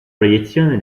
proiezione